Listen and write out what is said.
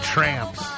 Tramps